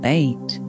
eight